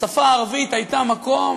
השפה הערבית הייתה במקום,